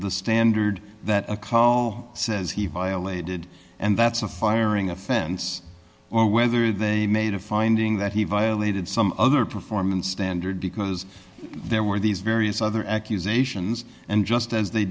the standard that a call says he violated and that's a firing offense or whether they made a finding that he violated some other performance standard because there were these various other accusations and just as they